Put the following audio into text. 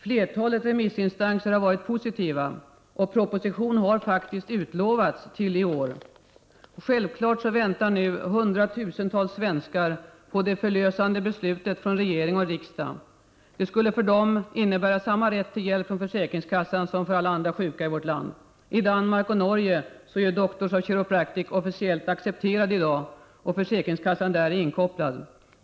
Flertalet remissinstanser har varit positiva och proposition har faktiskt utlovats till detta år. Hundratusentals svenskar väntar självfallet nu på det förlösande beslutet från regering och riksdag. Det skulle för dem innebära samma rätt till ersättning från försäkringskassan som alla andra sjuka har i vårt land. I Danmark och Norge är titeln ”Doctors of Chiropractic” i dag accepterad, och försäkringskassan i dessa länder är inkopplad.